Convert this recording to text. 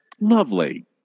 Lovely